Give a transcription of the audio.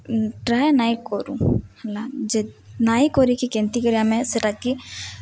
try ନାଇଁ କରୁ ହେଲା ଯେ ନାଇଁ କରିକି କେମିତି କରି ଆମେ ସେଟାକେ